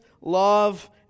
love